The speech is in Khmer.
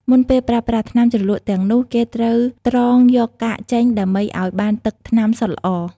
មុនពេលប្រើប្រាស់ ថ្នាំជ្រលក់ទាំងនោះ គេត្រូវត្រងយកកាកចេញដើម្បីឱ្យបានទឹកថ្នាំសុទ្ធល្អ។